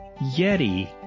Yeti